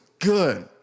good